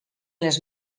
les